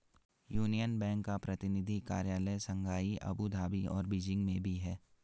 union bank का प्रतिनिधि कार्यालय शंघाई अबू धाबी और बीजिंग में भी है